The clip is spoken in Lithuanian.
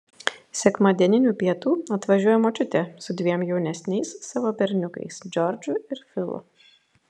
sekmadieninių pietų atvažiuoja močiutė su dviem jaunesniais savo berniukais džordžu ir filu